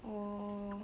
oh